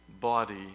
body